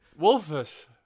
Wolfus